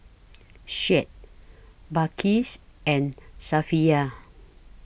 Syed Balqis and Safiya